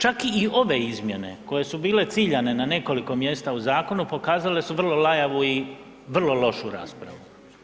Čak i ove izmjene koje su bile ciljane na nekoliko mjesta u zakonu pokazale su vrlo lajavu i vrlo lošu raspravu.